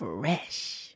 Fresh